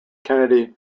kennedy